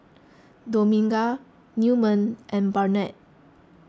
Dominga Newman and Barnett